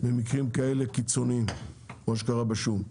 במקרים כאלה קיצוניים, כמו שקרה בשום.